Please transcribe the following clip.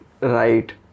right